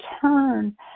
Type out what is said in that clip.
turn